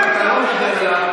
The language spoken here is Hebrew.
אבל אם אתה לא מדבר אליו,